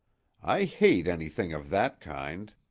i hate anything of that kind.